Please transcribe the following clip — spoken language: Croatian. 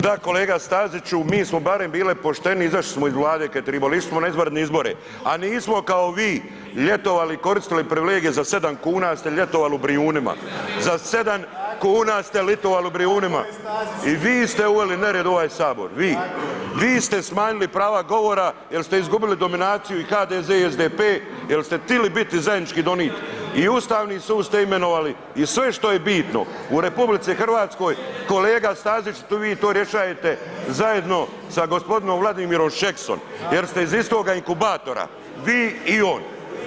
Da kolega Staziću, mi smo barem bili pošteni izašli smo iz vlade kad je tribalo, išli smo na izvanredne izbore, a nismo kao vi ljetovali, koristili privilegije za 7 kuna ste ljetovali u Brijunima, za 7 kuna ste litovali u Brijunima i vi ste uveli nered u ovaj sabor, vi, vi ste smanjili prava govora jer ste izgubili dominaciju i HDZ i SDP jer ste htjeli biti i zajednički donit i Ustavni sud ste imenovali i sve što je bitno u RH, kolega Stazić vi to rješajete zajedno sa gospodinom Vladimirom Šeksom jer ste iz istoga inkubatora, vi i on.